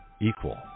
equal